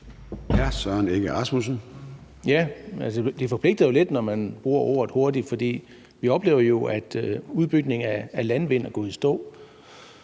Søren Egge Rasmussen (EL): Det forpligter jo lidt, når man bruger ordet hurtigt, for vi oplever, at udbygningen af landvind er gået i stå,